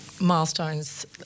milestones